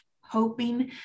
hoping